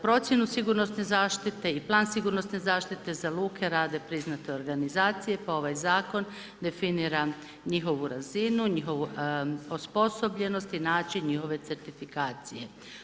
Procjenu sigurnosne zaštite i plan sigurnosne zaštite za luke rade priznate organizacije pa ovaj zakon definira njihovu razinu, njihovu osposobljenost i način njihov certifikacije.